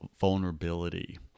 vulnerability